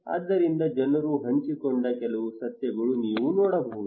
ಆದ್ದರಿಂದ ಜನರು ಹಂಚಿಕೊಂಡ ಕೆಲವು ಸತ್ಯಗಳು ನೀವು ನೋಡಬಹುದು